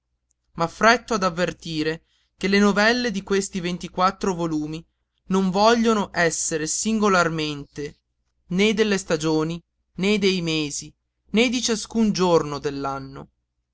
nostro m'affretto ad avvertire che le novelle di questi ventiquattro volumi non vogliono essere singolarmente né delle stagioni né dei mesi né di ciascun giorno